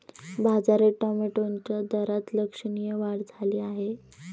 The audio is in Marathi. बाजारात टोमॅटोच्या दरात लक्षणीय वाढ झाली आहे